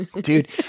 dude